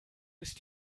ist